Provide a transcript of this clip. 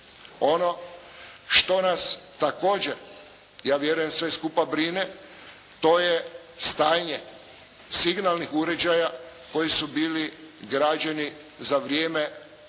Ono što nas također ja vjerujem sve skupa brine, to je stanje signalnih uređaja koji su bili građeni za vrijeme kada